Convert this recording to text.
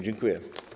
Dziękuję.